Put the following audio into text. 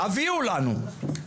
תביאו לנו.